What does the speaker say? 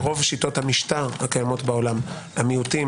ברוב שיטות המשטר הקיימות בעולם המיעוטים